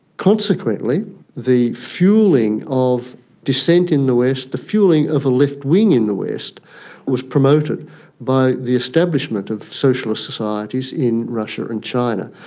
consequently the fuelling of dissent in the west, the fuelling of a left wing in the west was promoted by the establishment of socialist societies in russia and china.